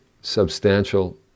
substantial